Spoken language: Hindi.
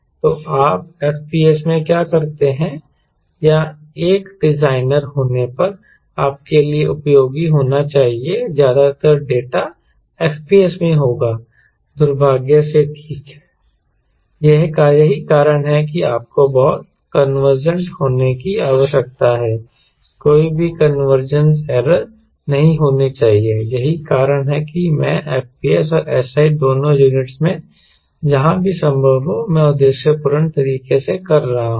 तो आप FPS में क्या करते हैं या यह एक डिजाइनर होने पर आपके लिए उपयोगी होना चाहिए ज्यादातर डेटा FPS में होगा दुर्भाग्य से ठीक है यही कारण है कि आपको बहुत कन्वर्जेंट होने की आवश्यकता है कोई भी कन्वर्जन एरर नहीं होनी चाहिए यही कारण है कि मैं FPS और SI दोनों यूनिटस में जहां भी संभव हो मैं उद्देश्यपूर्ण तरीके से कर रहा हूं